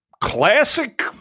classic